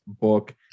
book